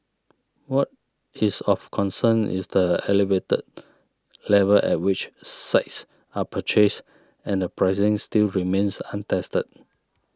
what is of concern is the elevated level at which sites are purchased and the pricing still remains untested